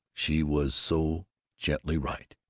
she was so gently right!